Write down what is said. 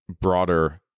broader